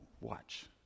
watch